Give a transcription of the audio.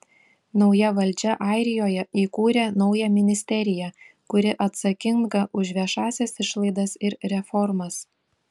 nauja valdžia airijoje įkūrė naują ministeriją kuri atsakinga už viešąsias išlaidas ir reformas